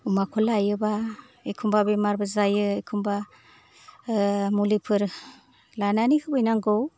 अमाखौ लायोबा एखनबा बेमारबो जायो एखनबा मुलिफोर लानानै होफैनांगौ